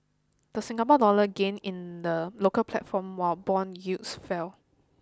the Singapore dollar gained in the local platform while bond yields fell